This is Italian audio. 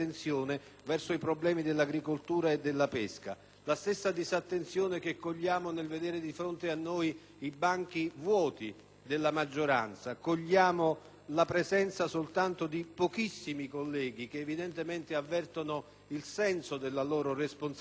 verso i problemi della agricoltura e della pesca, la stessa disattenzione che cogliamo nel vedere di fronte a noi i banchi vuoti della maggioranza. Cogliamo la presenza soltanto di pochi colleghi, che evidentemente avvertono il senso della loro responsabilità